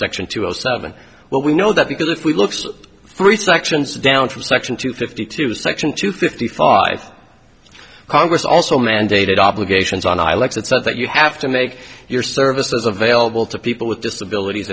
section two hundred seven what we know that because if we look for three sections down from section two fifty two section two fifty five congress also mandated obligations on i like that so that you have to make your services available to people with disabilities